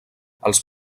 els